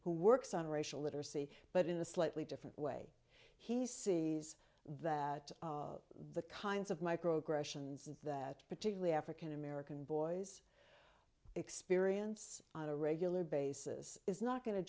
who works on racial literacy but in a slightly different way he sees that the kinds of micro aggressions that particularly african american boys experience on a regular basis is not going to